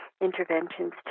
interventions